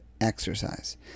exercise